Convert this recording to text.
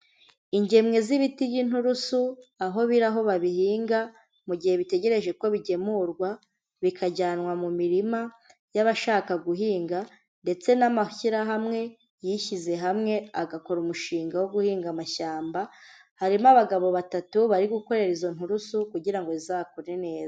Ingemwe z'ibiti by'inturusu, aho biri aho babihinga, mu gihe bitegereje ko bigemurwa, bikajyanwa mu mirima y'abashaka guhinga, ndetse n'amashyirahamwe yishyize hamwe, agakora umushinga wo guhinga amashyamba, harimo abagabo batatu bari gukorera izo nturusu, kugira ngo izakure neza.